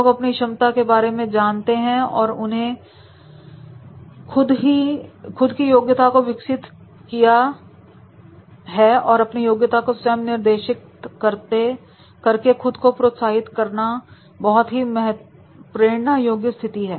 लोग अपनी क्षमता के बारे में जानते हैं उन्होंने खुद की योग्यता को विकसित किया है और अपनी योग्यता को स्वयं निर्देशित करके खुद को प्रोत्साहित करना बहुत ही प्रेरणा योग्य स्थिति है